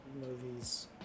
movies